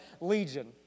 legion